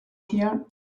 here